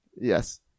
Yes